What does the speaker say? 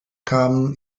kamen